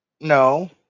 no